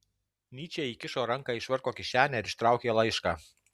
nyčė įkišo ranką į švarko kišenę ir ištraukė laišką